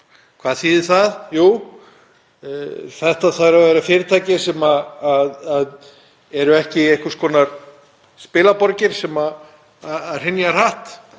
Hvað þýðir það? Þetta þurfa að vera fyrirtæki sem eru ekki einhvers konar spilaborgir sem hrynja hratt